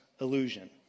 illusion